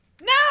No